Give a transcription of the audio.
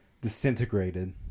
disintegrated